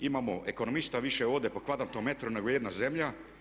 Imamo ekonomista više ovdje po kvadratnom metru nego ijedna zemlja.